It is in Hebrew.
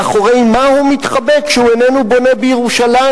מאחורי מה הוא מתחבא כשהוא איננו בונה בירושלים?